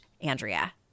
Andrea